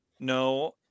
no